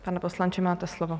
Pane poslanče, máte slovo.